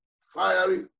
fiery